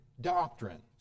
doctrine